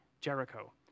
Jericho